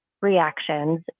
reactions